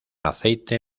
aceite